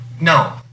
No